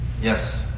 Yes